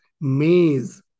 maze